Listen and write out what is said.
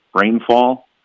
rainfall